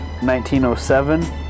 1907